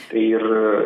tai ir